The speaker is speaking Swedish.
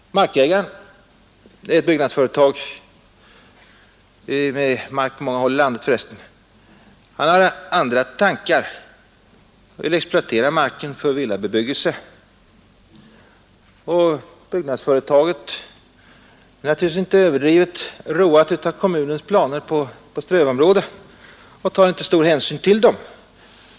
Markägaren — ett byggnadsföretag med mark på många håll i landet för resten — har andra tankar och vill exploatera marken för villabebyggelse. Byggnadsföretaget är naturligtvis inte överdrivet roat av kommunens planer på ett strövområde och tar inte stor hänsyn till dem.